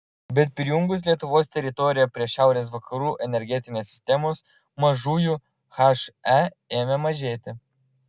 bet prijungus lietuvos teritoriją prie šiaurės vakarų energetinės sistemos mažųjų he ėmė mažėti